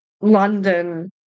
London